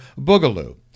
Boogaloo